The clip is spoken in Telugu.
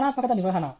సృజనాత్మకత నిర్వహణ